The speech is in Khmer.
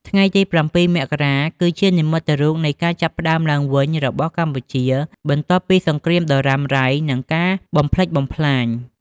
ថ្ងៃ៧ មករា គឺជានិមិត្តរូបនៃការចាប់ផ្តើមឡើងវិញរបស់កម្ពុជា បន្ទាប់ពីសង្គ្រាមដ៏រ៉ាំរ៉ៃនិងការបំផ្លិចបំផ្លាញ។